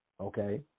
okay